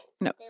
no